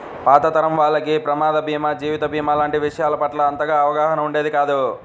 పాత తరం వాళ్లకి ప్రమాద భీమా, జీవిత భీమా లాంటి విషయాల పట్ల అంతగా అవగాహన ఉండేది కాదు